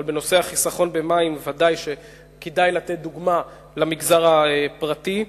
אבל בנושא החיסכון במים ודאי שכדאי לתת דוגמה למגזר הפרטי.